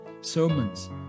sermons